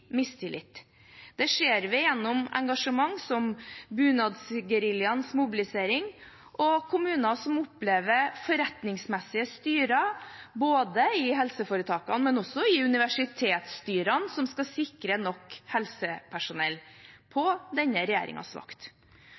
mistillit. Det ser vi gjennom engasjement som f.eks. bunadsgeriljaens mobilisering og kommuner som opplever forretningsmessige styrer både i helseforetakene og i universitetsstyrene, som skal sikre nok helsepersonell på denne regjeringens vakt.